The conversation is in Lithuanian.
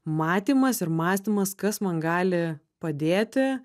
matymas ir mąstymas kas man gali padėti